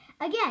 Again